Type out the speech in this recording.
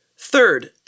Third